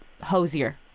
Hosier